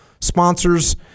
sponsors